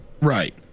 Right